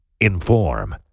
inform